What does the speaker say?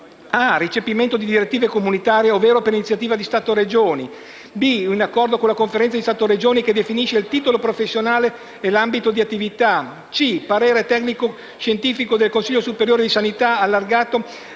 recepimento di direttive comunitarie, ovvero per iniziativa di Stato e Regioni; accordo della Conferenza Stato-Regioni che definisce il titolo professionale e l'ambito di attività; parere tecnico-scientifico del Consiglio superiore di sanità allargato